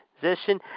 position